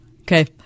okay